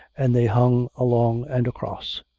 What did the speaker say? and they hung along and across.